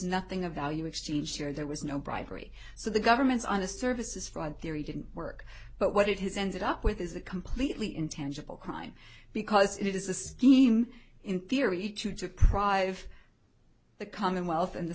nothing of value exchange sure there was no bribery so the government's honest services fraud theory didn't work but what it has ended up with is a completely intangible crime because it is a scheme in theory to check prive the commonwealth